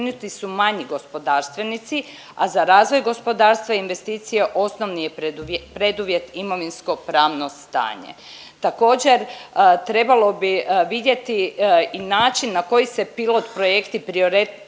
su manji gospodarstvenici, a za razvoj gospodarstva investicija osnovni je preduvjet imovinsko-pravno stanje. Također trebalo bi vidjeti i način na koji se pilot projekti prioritetno